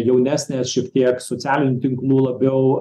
jaunesnės šiek tiek socialinių tinklų labiau